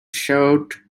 shoved